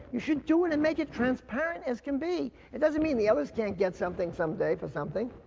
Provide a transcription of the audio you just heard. you should do it and make it transparent as can be. it doesn't mean the others can't get something someday for something.